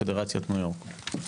פדרציית ניו יורק.